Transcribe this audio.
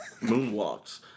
moonwalks